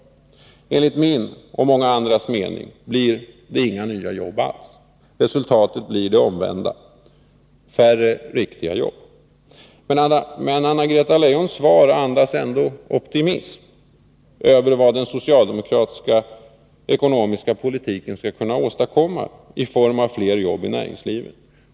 Enligt min och många andras mening blir det inga nya jobb alls. Resultatet blir det omvända, dvs. färre riktiga jobb. Men Anna-Greta Leijon andas optimism över vad den socialdemokratiska ekonomiska politiken skall kunna åstadkomma i form av fler jobb i näringslivet.